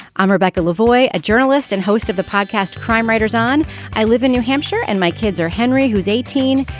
i'm rebecca lavoy a journalist and host of the podcast crime writers on i live in new hampshire and my kids are henry who's eighteen.